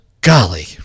golly